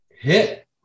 hit